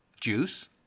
juice